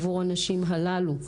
עבור הנשים הללו.